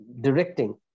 directing